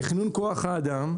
תכנון כוח האדם,